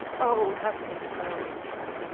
o hapless girl, said he,